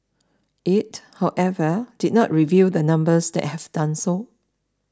it however did not reveal the numbers that have done so